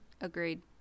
Agreed